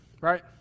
right